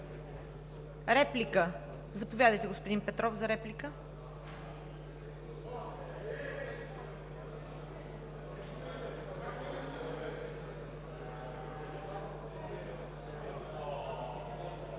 Реплики? Заповядайте, господин Петров, за реплика.